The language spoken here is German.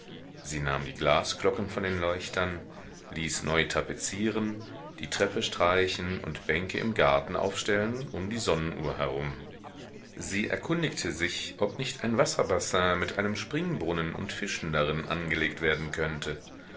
sie nahm die glasglocken von den leuchtern ließ neu tapezieren die treppe streichen und bänke im garten aufstellen um die sonnenuhr herum sie erkundigte sich ob nicht ein wasserbassin mit einem springbrunnen und fischen darin angelegt werden könnte